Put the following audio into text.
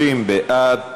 30 בעד,